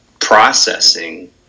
processing